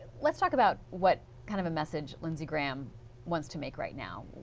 let's talk about what kind of a message lindsey graham wants to make right now?